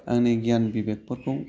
आंनि गियान बिबेकफोरखौ